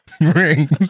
Rings